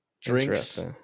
drinks